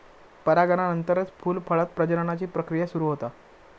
परागनानंतरच फूल, फळांत प्रजननाची प्रक्रिया सुरू होता